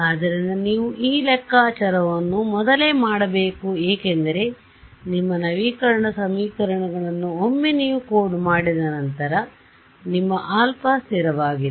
ಆದ್ದರಿಂದ ನೀವು ಈ ಲೆಕ್ಕಾಚಾರವನ್ನು ಮೊದಲೇ ಮಾಡಬೇಕು ಏಕೆಂದರೆ ನಿಮ್ಮ ನವೀಕರಣ ಸಮೀಕರಣಗಳನ್ನು ಒಮ್ಮೆ ನೀವು ಕೋಡ್ ಮಾಡಿದ ನಂತರ ನಿಮ್ಮ ಆಲ್ಫಾ ಸ್ಥಿರವಾಗಿದೆ